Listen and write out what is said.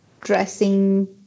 dressing